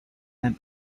and